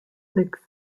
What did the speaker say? sechs